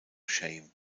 shame